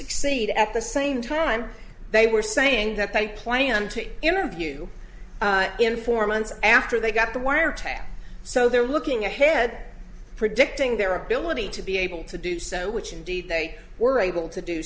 succeed at the same time they were saying that by playing on to interview informants after they got the wiretap so they're looking ahead predicting their ability to be able to do so which indeed they were able to do